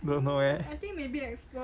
don't know eh